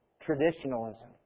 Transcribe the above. Traditionalism